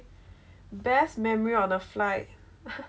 best memory on the flight